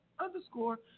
underscore